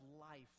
life